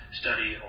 study